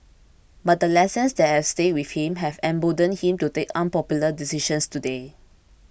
but the lessons that have stayed with him have emboldened him to take unpopular decisions today